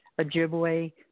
Ojibwe